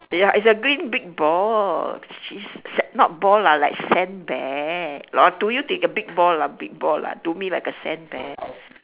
ya it's a green big ball she's not ball lah like sandbag lor to you think a big ball lah big ball lah to me like a sandbag